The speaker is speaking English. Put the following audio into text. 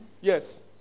yes